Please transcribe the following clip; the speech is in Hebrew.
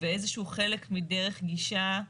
ואיזה שהוא חלק מדרך גישה,